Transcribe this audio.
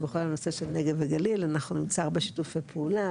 שבכל הנושא של נגב וגליל אנחנו נמצא הרבה שיתופי פעולה,